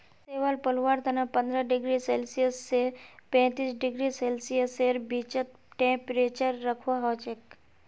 शैवाल पलवार तने पंद्रह डिग्री सेल्सियस स पैंतीस डिग्री सेल्सियसेर बीचत टेंपरेचर रखवा हछेक